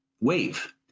wave